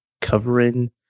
covering